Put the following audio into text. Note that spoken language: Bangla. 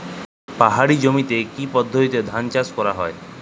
পাহাড়ী জমিতে কি পদ্ধতিতে ধান চাষ করা যায়?